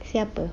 siapa